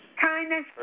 Kindness